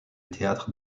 théâtre